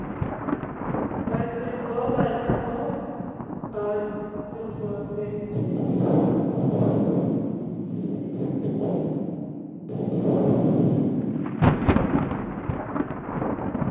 ᱦᱳᱭ ᱠᱩᱧ ᱠᱚ ᱜᱟᱞᱰᱷᱟᱜ ᱠᱚ ᱦᱳᱭ ᱩᱱᱠᱩᱣᱟᱜ ᱜᱮ